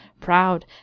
proud